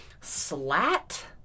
Slat